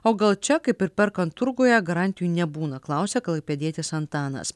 o gal čia kaip ir perkant turguje garantijų nebūna klausia klaipėdietis antanas